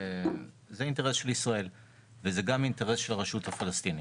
זה האינטרס של ישראל וזה גם ישראל של הרשות הפלסטינית,